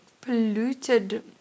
polluted